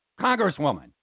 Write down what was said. Congresswoman